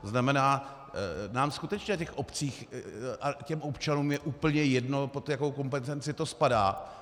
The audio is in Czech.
To znamená, nám skutečně v těch obcích, těm občanům, je úplně jedno, pod jakou kompetenci to spadá.